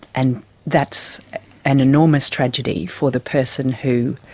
and that's an enormous tragedy for the person who